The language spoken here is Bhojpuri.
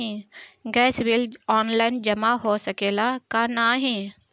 गैस बिल ऑनलाइन जमा हो सकेला का नाहीं?